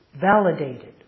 validated